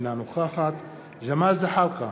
אינה נוכחת ג'מאל זחאלקה,